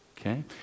Okay